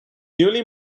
newly